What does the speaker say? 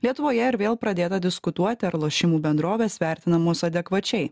lietuvoje ir vėl pradėta diskutuoti ar lošimų bendrovės vertinamos adekvačiai